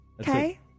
Okay